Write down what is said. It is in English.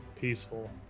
peaceful